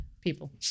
people